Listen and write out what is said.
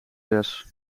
zes